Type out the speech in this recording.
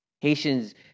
Haitians